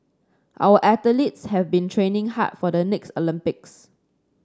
our athletes have been training hard for the next Olympics